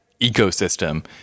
ecosystem